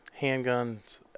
handguns